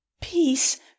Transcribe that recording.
Peace